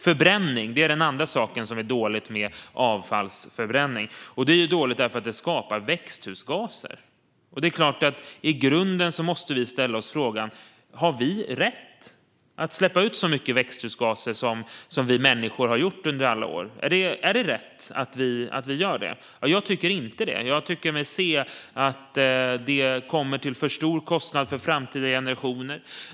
Förbränning är den andra saken som är dålig med avfallsförbränning. Förbränning är dåligt därför att det skapar växthusgaser. Det är klart att vi i grunden måste ställa oss frågan: Har vi rätt att släppa ut så mycket växthusgaser som vi människor har gjort under alla år? Är det rätt att vi gör det? Jag tycker inte det. Jag tycker mig se att det blir en för stor kostnad för framtida generationer.